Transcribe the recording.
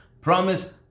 promise